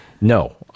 No